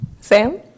Sam